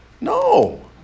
No